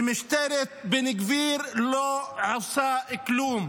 ומשטרת בן גביר לא עושה כלום.